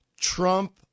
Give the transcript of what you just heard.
Trump